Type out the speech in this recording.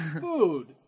food